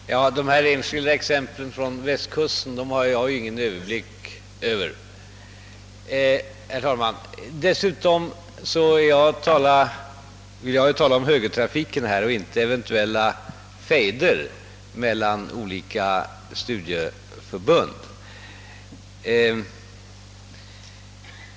Herr talman! "Det ' här enskilda exemplet från ostkusten, som herr Nordstrandh anförde, har jag ingen kännedom om, herr talman. Dessutom vill jag ju här gärna tala om högertrafiken och inte om eventuella fejder mellan olika studieförbund.